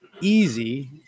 easy